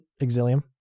Exilium